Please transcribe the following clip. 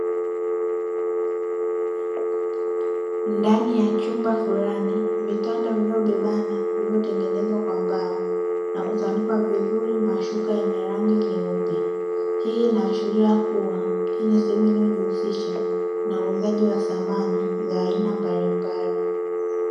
Ndani ya chumba fulani vitanda vilivyobebana vilivyotengenezwa kwa mbao na kutandikwa vizuri mashuka yenye rangi nyeupe, hii inaashiria kuwa hii ni sehemu inayojihusisha na uuzaji wa samani za aina mbalimbali.